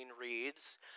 reads